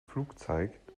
flugzeit